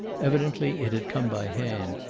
evidently it had come by hand,